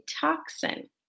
toxin